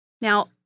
Now